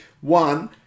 one